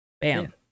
Bam